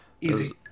easy